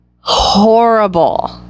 horrible